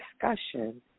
discussion